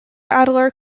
adler